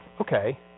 Okay